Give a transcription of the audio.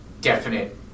definite